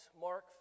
Mark